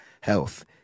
Health